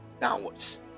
downwards